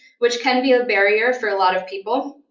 which can be a barrier for a lot of people.